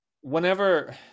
whenever